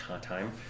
time